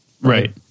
right